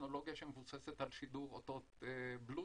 הטכנולוגיה שמבוססת על שידור אותות Bluetooth